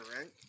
right